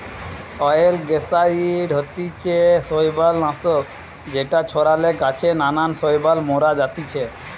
অয়েলগেসাইড হতিছে শৈবাল নাশক যেটা ছড়ালে গাছে নানান শৈবাল মারা জাতিছে